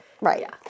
Right